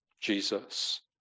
Jesus